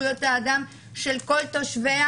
זכויות האדם של כל תושביה,